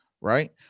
right